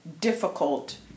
difficult